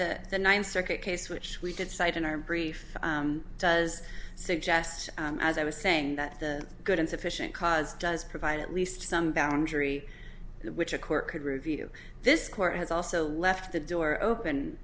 the ninth circuit case which we did cite in our brief does suggest as i was saying that the good and sufficient cause does provide at least some boundary which a court could review this court has also left the door open